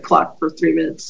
clot for three minutes